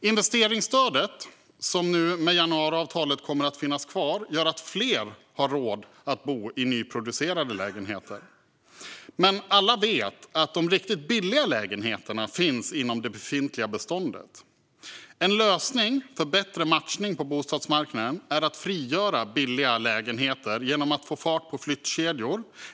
Investeringsstödet, som nu med januariavtalet kommer att finnas kvar, gör att fler har råd att bo i nyproducerade lägenheter. Men alla vet att de riktigt billiga lägenheterna finns inom det befintliga beståndet. En lösning för bättre matchning på bostadsmarknaden är att frigöra billiga lägenheter genom att få fart på flyttkedjor.